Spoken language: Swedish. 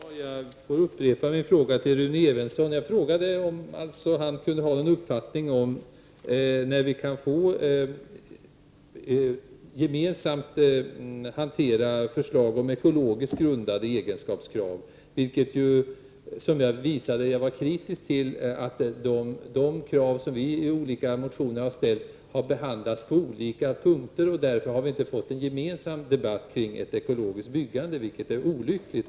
Fru talman! Jag upprepar min fråga till Rune Evensson om han möjligen har en uppfattning om när vi gemensamt kan hantera förslag om ekologiskt grundade egenskapskrav. Jag var ju kritisk till att de krav som vi har framställt i olika motioner behandlats under olika punkter. Därför har vi inte fått en gemensam debatt kring ett ekologiskt byggande, och det är olyckligt.